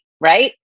right